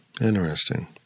Interesting